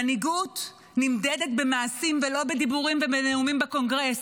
מנהיגות נמדדת במעשים ולא בדיבורים ובנאומים בקונגרס.